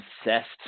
obsessed